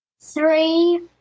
three